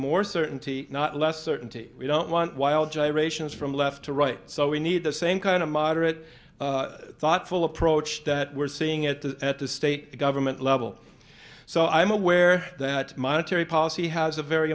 more certainty not less certainty we don't want wild gyrations from left to right so we need the same kind of moderate thoughtful approach that we're seeing at the at the state government level so i'm aware that monetary policy has a very